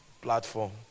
platform